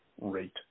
rate